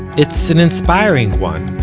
it's an inspiring one,